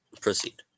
proceed